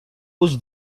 was